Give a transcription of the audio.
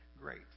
great